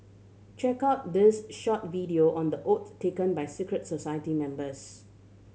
check out this short video on the oath taken by secret society members